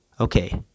Okay